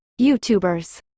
YouTubers